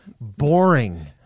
boring